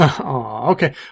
okay